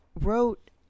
wrote